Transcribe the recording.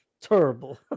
Terrible